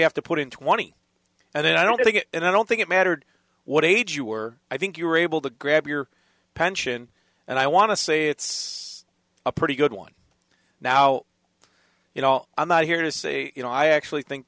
have to put in twenty and then i don't think it and i don't think it mattered what age you were i think you were able to grab your pension and i want to say it's a pretty good one now you know i'm not here to say you know i actually think